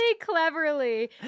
Cleverly